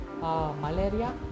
malaria